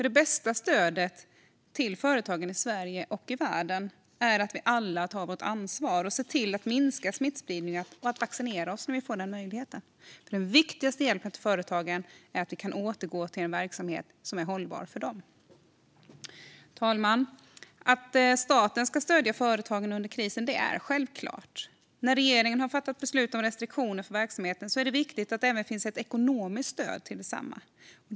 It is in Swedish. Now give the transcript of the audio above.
Det bästa stödet till företagen i Sverige och i världen är att vi alla tar vårt ansvar och ser till att minska smittspridningen och att vaccinera oss när vi får möjlighet. Den viktigaste hjälpen till företagen är att de kan återgå till en verksamhet som är hållbar för dem. Fru talman! Att staten ska stödja företagen under krisen är självklart. När regeringen har fattat beslut om restriktioner för verksamheten är det viktigt att det även finns ett ekonomiskt stöd till densamma.